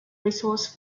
resource